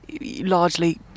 largely